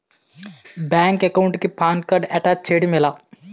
Bank account కి PAN card attach చేయడం ఎలా?